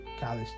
college